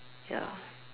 ya